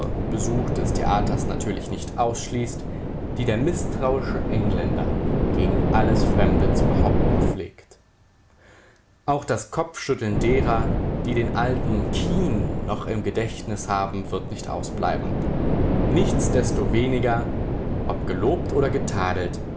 des theaters natürlich nicht ausschließt die der mißtrauische engländer gegen alles fremde zu behaupten pflegt auch das kopfschütteln derer die den alten kean noch im gedächtnis haben wird nicht ausbleiben nichtsdestoweniger ob gelobt oder